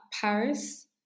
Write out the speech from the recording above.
Paris